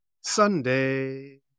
Sunday